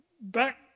back